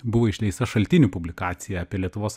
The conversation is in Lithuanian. buvo išleista šaltinių publikacija apie lietuvos